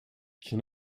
can